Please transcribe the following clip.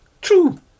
True